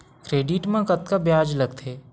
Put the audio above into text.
Credit मा कतका ब्याज लगथे?